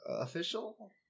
official